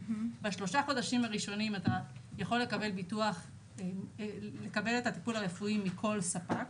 בשלושה חודשים הראשונים אתה יכול לקבל את הטיפול הרפואי מכל ספק,